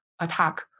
attack